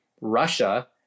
Russia